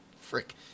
Frick